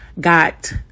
got